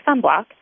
sunblock